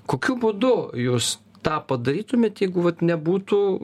kokiu būdu jūs tą padarytumėt jeigu vat nebūtų